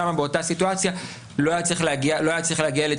שם באותה סיטואציה לא היה צריך להגיע לדחיית